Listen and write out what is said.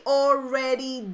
already